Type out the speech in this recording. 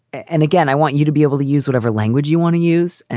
and again, i want you to be able to use whatever language you want to use. and